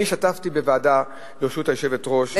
אני השתתפתי בוועדה בראשות היושבת-ראש,